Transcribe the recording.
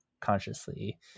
consciously